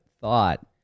thought